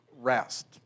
rest